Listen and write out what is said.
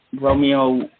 Romeo